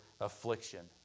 affliction